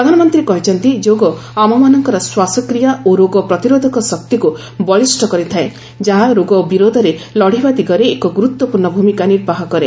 ପ୍ରଧାନମନ୍ତ୍ରୀ କହିଛନ୍ତି ଯୋଗ ଆମମାନଙ୍କର ଶ୍ୱାସକ୍ରିୟା ଓ ରୋଗ ପ୍ରତିରୋଧକ ଶକ୍ତିକୁ ବଳିଷ୍ଠ କରିଥାଏ ଯାହା ରୋଗ ବିରୋଧରେ ଲଢ଼ିବା ଦିଗରେ ଏକ ଗୁରୁତ୍ୱପୂର୍ଣ୍ଣ ଭୂମିକା ନିର୍ବାହ କରେ